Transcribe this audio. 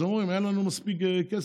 אז הם אומרים: אין לנו מספיק כסף.